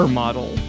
model